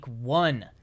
one